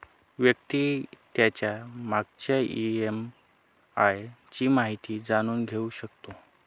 व्यक्ती त्याच्या मागच्या ई.एम.आय ची माहिती जाणून घेऊ शकतो